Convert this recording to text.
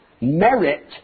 merit